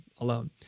alone